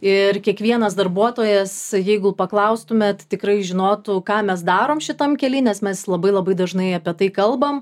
ir kiekvienas darbuotojas jeigu paklaustumėt tikrai žinotų ką mes darom šitam kely nes mes labai labai dažnai apie tai kalbam